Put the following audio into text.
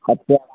कतेक